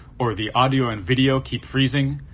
or the audio and video keep freezing,